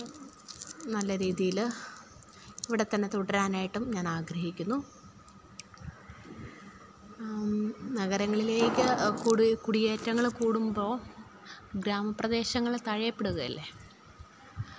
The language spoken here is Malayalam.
നല്ല രീതിയിൽ ഇവിടെ തന്നെ തുടരാനായിട്ടും ഞാനാഗ്രഹിക്കുന്നു നഗരങ്ങളിലേക്ക് കുടി കുടിയേറ്റങ്ങൾ കൂടുമ്പോൾ ഗ്രാമപ്രദേശങ്ങൾ തഴയപ്പെടുകയല്ലേ